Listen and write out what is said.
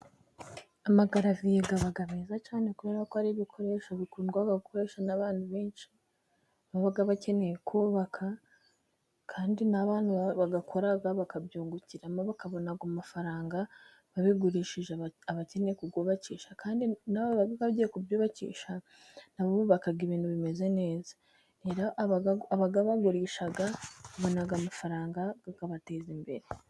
Amagaraviye aba meza cyane, kubera ko ari ibikoresho, bikundwa gukoreshwa n'abantu benshi, baba bakeneye kubaka kandi n'abantu bayakora bakabyungukiramo, bakabona amafaranga babigurishije, abakeneye kuyubakisha kandi nabagiye kubyubakisha, nabo bubaka ibintu bimeze neza, rera abayabagurisha nabo, babona amafaranga akabateza imbere.